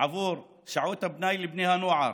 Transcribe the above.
עבור שעות הפנאי לבני הנוער,